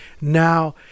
now